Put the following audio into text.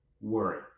worry